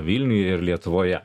vilniuje ir lietuvoje